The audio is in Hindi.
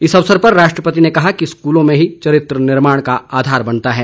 इस अवसर पर राष्ट्रपति ने कहा कि स्कूलों में ही चरित्र निर्माण का आधार बनता है